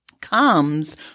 comes